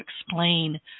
explain